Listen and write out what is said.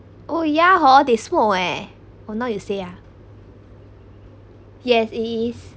oh ya hor they smoke eh oh now you say ah yes he is